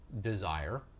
desire